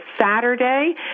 Saturday